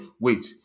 wait